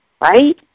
right